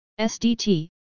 SDT